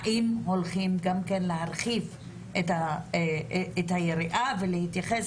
האם הולכים גם כן להרחיב את היריעה ולהתייחס